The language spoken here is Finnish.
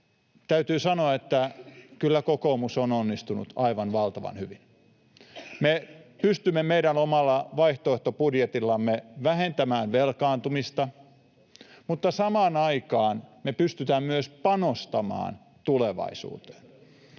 täytyy sanoa, että kyllä kokoomus on onnistunut aivan valtavan hyvin. Me pystymme meidän omalla vaihtoehtobudjetillamme vähentämään velkaantumista, mutta samaan aikaan me pystytään myös panostamaan tulevaisuuteen.